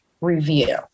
review